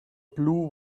blue